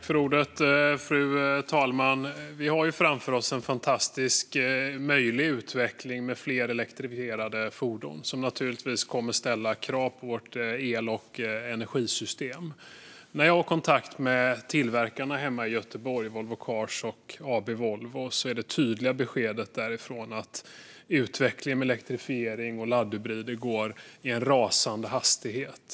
Fru talman! Vi har framför oss en fantastisk möjlig utveckling med fler elektrifierade fordon. Det kommer naturligtvis att ställa krav på vårt el och energisystem. När jag har kontakt med tillverkarna hemma i Göteborg, Volvo Cars och AB Volvo, är det tydliga beskedet därifrån att utvecklingen med elektrifiering och laddhybrider går i en rasande hastighet.